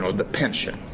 so the pension,